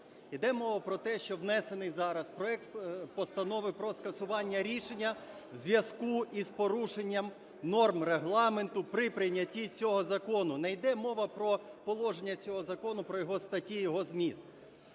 іде мова про те, що внесений зараз проект Постанови про скасування рішення в зв'язку із порушенням норм Регламенту при прийнятті цього закону, не йде мова про положення цього закону, про його статті, його зміст.